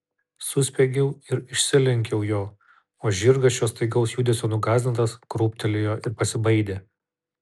suspiegiau ir išsilenkiau jo o žirgas šio staigaus judesio nugąsdintas krūptelėjo ir pasibaidė